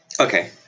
Okay